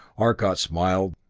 arcot smiled.